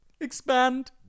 Expand